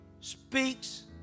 speaks